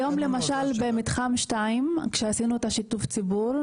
היום למשל במתחם 2 כשעשינו את שיתוף הציבור,